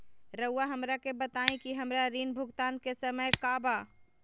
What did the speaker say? रहुआ हमरा के बताइं कि हमरा ऋण भुगतान के समय का बा?